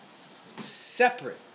separate